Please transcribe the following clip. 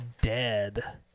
dead